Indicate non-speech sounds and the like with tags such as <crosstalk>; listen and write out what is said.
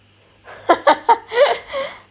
<laughs>